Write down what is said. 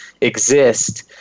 exist